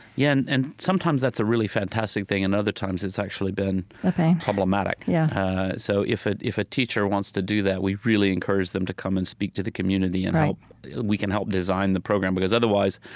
yeah, and and sometimes that's a really fantastic thing. and other times it's actually been, a pain, problematic yeah so if a if a teacher wants to do that, we really encourage them to come and speak to the community, and we can help design the program. because otherwise,